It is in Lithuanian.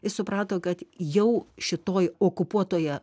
jis suprato kad jau šitoj okupuotoje